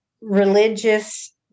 Religious